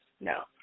No